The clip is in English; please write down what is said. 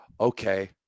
Okay